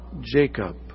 Jacob